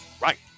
right